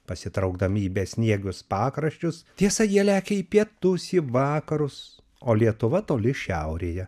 pasitraukdami į besniegius pakraščius tiesa jie lekia į pietus į vakarus o lietuva toli šiaurėje